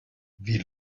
wie